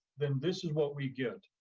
then this is what we get.